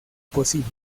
posible